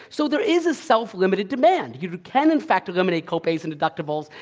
so, there is a self-limited demand. you can, in fact, eliminate copays and deductibles,